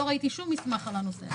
לא ראיתי שום מסמך על הנושא הזה.